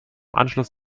anschluss